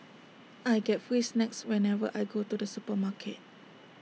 I get free snacks whenever I go to the supermarket